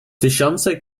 tysiące